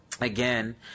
again